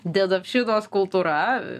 dedapšinos kultūra